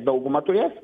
daugumą turės